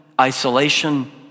isolation